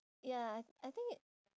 ya I I think it